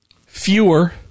fewer